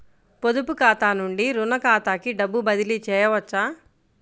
పొదుపు ఖాతా నుండీ, రుణ ఖాతాకి డబ్బు బదిలీ చేయవచ్చా?